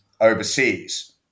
overseas